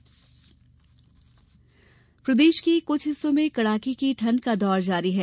मौसम प्रदेश के कुछ हिस्सों में कड़ाके की ठंड का दौर जारी है